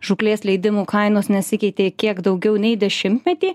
žūklės leidimų kainos nesikeitė kiek daugiau nei dešimtmetį